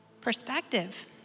Perspective